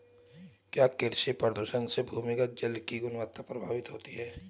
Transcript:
क्या कृषि प्रदूषण से भूमिगत जल की गुणवत्ता प्रभावित होती है?